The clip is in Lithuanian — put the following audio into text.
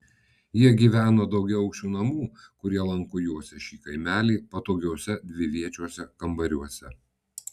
jie gyveno daugiaaukščių namų kurie lanku juosė šį kaimelį patogiuose dviviečiuose kambariuose